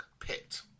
pit